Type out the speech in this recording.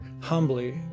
humbly